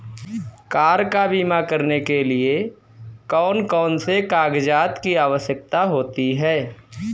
Car का बीमा करने के लिए कौन कौन से कागजात की आवश्यकता होती है?